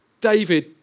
David